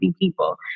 people